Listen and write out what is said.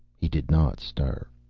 he did not stir.